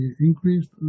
increased